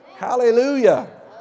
Hallelujah